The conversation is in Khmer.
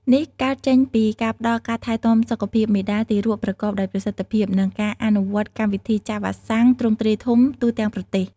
នេះកើតចេញពីការផ្តល់ការថែទាំសុខភាពមាតា-ទារកប្រកបដោយប្រសិទ្ធភាព និងការអនុវត្តកម្មវិធីចាក់វ៉ាក់សាំងទ្រង់ទ្រាយធំទូទាំងប្រទេស។